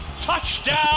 Touchdown